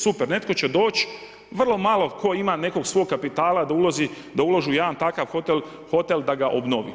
Super, netko će doći, vrlo malo tko ima nekog svog kapitala da uloži u jedan takav hotel da ga obnovi.